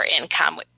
income